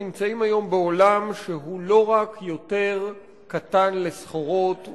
נמצאים היום בעולם שהוא לא רק יותר קטן לסחורות,